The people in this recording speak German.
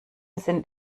sind